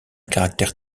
caractère